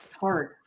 hard